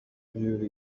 by’igihugu